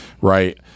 right